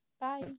Bye